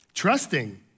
Trusting